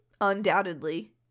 Undoubtedly